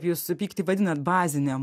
jūs pyktį vadinat bazine